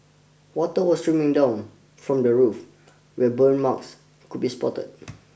water was streaming down from the roof where burn marks could be spotted